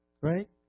Right